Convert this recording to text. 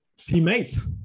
Teammate